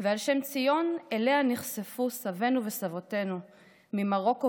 ועל שם ציון שאליה נחשפו סבינו וסבותינו ממרוקו